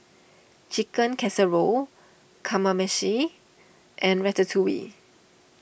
Chicken Casserole Kamameshi and Ratatouille